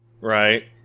right